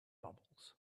bubbles